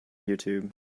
youtube